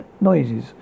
noises